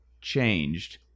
changed